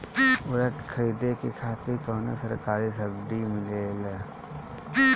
उर्वरक खरीदे खातिर कउनो सरकारी सब्सीडी मिलेल?